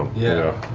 yeah.